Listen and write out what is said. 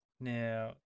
Now